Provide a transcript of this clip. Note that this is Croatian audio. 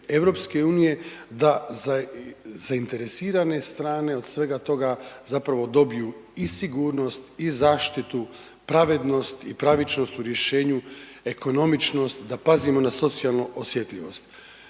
direktive EU-a da zainteresirane strane od svega toga zapravo dobiju i sigurnost i zaštitu i pravednost i pravičnost u rješenju, ekonomičnost, da pazimo na socijalnu osjetljivost.